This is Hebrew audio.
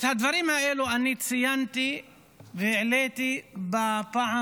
את הדברים האלה ציינתי והעליתי בפעם